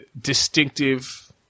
distinctive